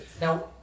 Now